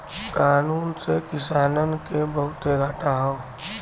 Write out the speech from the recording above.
कानून से किसानन के बहुते घाटा हौ